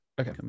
okay